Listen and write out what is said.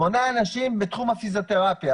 שמונה אנשים בתחום הפיזיותרפיה.